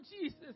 Jesus